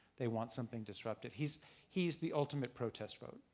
they want something disruptive. he's he's the ultimate protest vote.